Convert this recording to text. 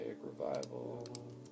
Revival